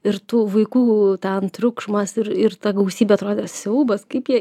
ir tų vaikų ten triukšmas ir ir ta gausybė atrodė siaubas kaip jie